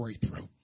breakthrough